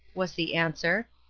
was the answer.